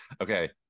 Okay